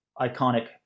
iconic